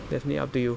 definitely up to you